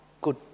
good